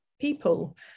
people